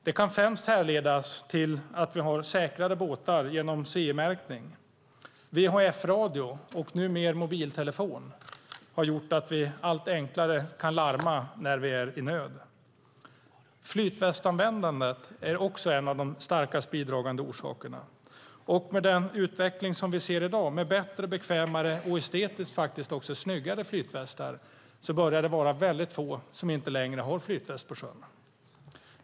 Det kan främst härledas till att vi har säkrare båtar genom CE-märkning. VHF-radio och numer mobiltelefon gör att vi allt enklare kan larma när vi är i nöd. Flytfästanvändandet är också en av de starkast bidragande orsakerna. Och med den utveckling som vi ser i dag med bättre, bekvämare och faktiskt också estetiskt snyggare flytvästar börjar det vara väldigt få som inte längre har flytväst på sjön.